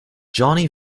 johnny